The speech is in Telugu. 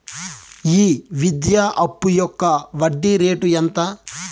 ఈ విద్యా అప్పు యొక్క వడ్డీ రేటు ఎంత?